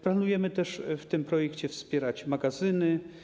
Planujemy też w tym projekcie wspierać magazyny.